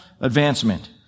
advancement